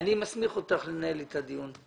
אני מסמיך אותך לנהל אתה דיון.